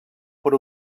per